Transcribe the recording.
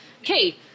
Okay